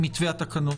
התקנות.